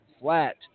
flat